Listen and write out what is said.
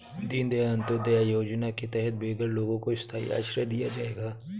दीन दयाल अंत्योदया योजना के तहत बेघर लोगों को स्थाई आश्रय दिया जाएगा